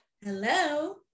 Hello